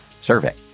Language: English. survey